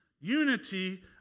unity